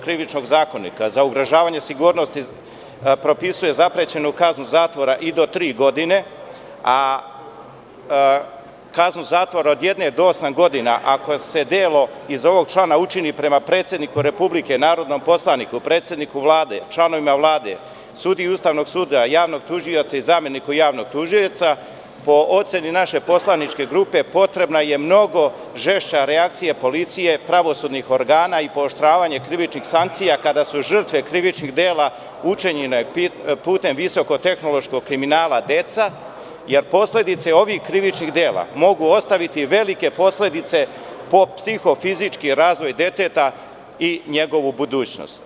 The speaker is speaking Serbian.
Krivičnog zakonika, za ugrožavanje sigurnosti propisuje zaprećenu kaznu zatvora i do tri godine, a kaznu zatvore od jedne do osam godina ako se delo iz ovog člana učini prema predsedniku Republike, narodnom poslaniku, predsedniku Vlade, članovima Vlade, sudiji Ustavnog suda, javnom tužiocu i zameniku javnog tužioca, po oceni naše poslaničke grupe potrebna je mnogo žešća reakcija policije i pravosudnih organa i pooštravanje krivičnih sankcija kada su žrtve krivičnih dela učinjene putem visoko-tehnološkog kriminala deca, jer posledice ovih krivičnih dela mogu ostaviti velike posledice po psiho-fizički razvoj deteta i njegovu budućnost.